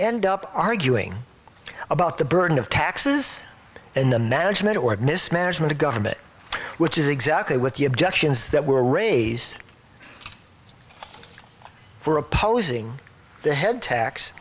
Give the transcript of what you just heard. end up arguing about the burden of taxes and the management or mismanagement of government which is exactly what the objections that were raised for opposing the head tax